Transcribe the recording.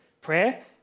prayer